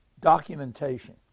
documentation